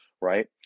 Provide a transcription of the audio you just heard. right